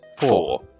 four